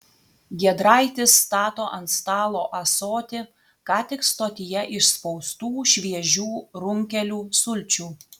giedraitis stato ant stalo ąsotį ką tik stotyje išspaustų šviežių runkelių sulčių